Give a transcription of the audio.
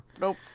nope